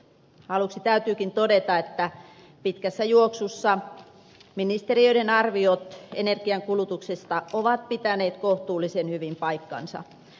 aluksi täytyykin todeta että pitkässä juoksussa ministeriöiden arviot energian kulutuksesta ovat pitäneet kohtuullisen hyvin paikkansa